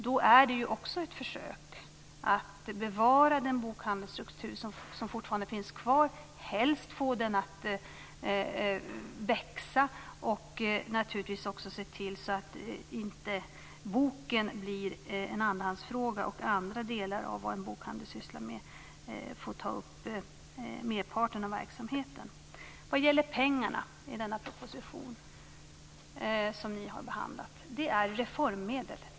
Då är det också ett försök att bevara den bokhandelsstruktur som fortfarande finns kvar, och helst få den att växa. Vi vill naturligtvis också se till att inte boken blir en andrahandsfråga och att andra delar av vad en bokhandel sysslar med får ta upp merparten av verksamheten. Pengarna i den proposition som ni har behandlat är reformmedel.